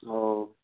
ओ